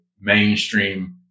mainstream